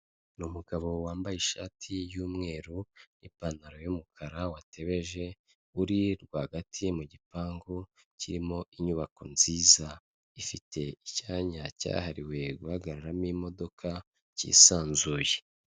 Ni umugabo wambaye ishati y'umweru, n'ipantaro y'umukara watebeje, uri rwagati mu gipangu kirimo inyubako nziza ifite icyanya cyahariwe guhagararamo imodoka cyisanzuye.